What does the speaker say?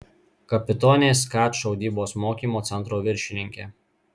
kapitonė skat šaudybos mokymo centro viršininkė